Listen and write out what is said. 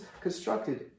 constructed